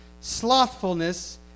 Slothfulness